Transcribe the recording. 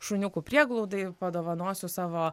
šuniukų prieglaudai padovanosiu savo